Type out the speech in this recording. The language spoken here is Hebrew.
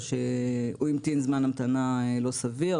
או שהוא המתין זמן המתנה לא סביר,